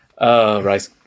Right